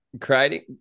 creating